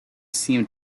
seemed